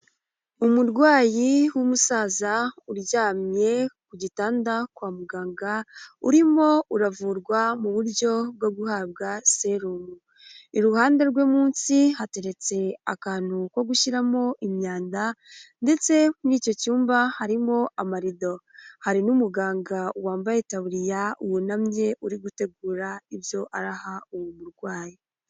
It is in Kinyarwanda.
Umurwayi w'umusaza uryamye ku gitanda kwa muganga urimo uravurwa mu buryo bwo guhabwa serumu. Iruhande rwe munsi hateretse akantu ko gushyiramo imyanda ndetse muri icyo cyumba harimo amarido. Hari n'umuganga wambaye itaburiya wunamye uri gutegura ibyo araha uwo murwayi.